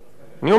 אני אומר.